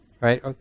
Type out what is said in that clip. Right